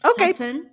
Okay